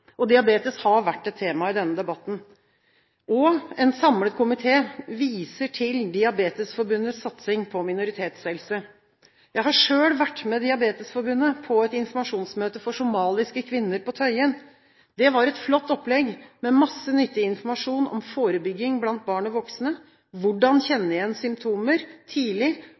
Diabetes har vært et tema i denne debatten. En samlet komité viser til Diabetesforbundets satsing på minoritetshelse. Jeg har selv vært med Diabetesforbundet på en informasjonsmøte for somaliske kvinner på Tøyen. Det var et flott opplegg med masse nyttig informasjon om forebygging blant barn og voksne, om hvordan kjenne igjen symptomer tidlig